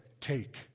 take